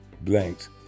blanks